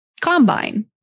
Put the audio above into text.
combine